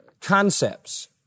concepts